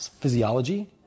physiology